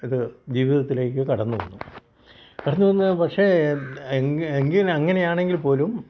ഇത് ജീവിതത്തിലേക്ക് കടന്നു വന്നു കടന്നു വന്നു പക്ഷേ എങ്കിൽ അങ്ങനെ ആണെങ്കിൽ പോലും